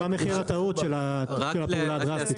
מה מחיר הטעות של הפעולה הדרסטית?